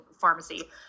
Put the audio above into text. pharmacy